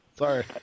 Sorry